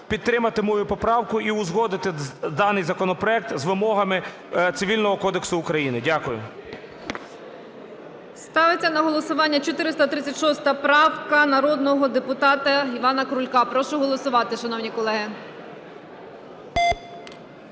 підтримати мою поправку і узгодити даний законопроект з вимогами Цивільного кодексу України. Дякую. ГОЛОВУЮЧА. Ставиться на голосування 436 правка народного депутата Івана Крулька. Прошу голосувати, шановні колеги.